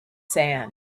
sand